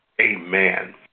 Amen